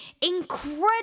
incredible